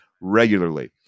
regularly